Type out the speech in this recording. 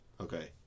Okay